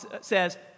says